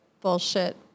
bullshit